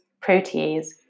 protease